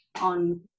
on